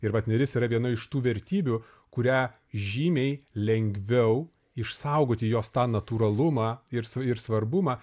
ir vat neris yra viena iš tų vertybių kurią žymiai lengviau išsaugoti jos tą natūralumą ir sv ir svarbumą